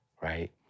right